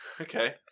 Okay